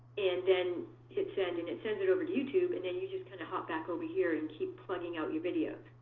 and then hit send, and it sends it over to youtube and then you just kind of hop back over here and keep plugging out your videos.